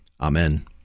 Amen